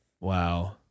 Wow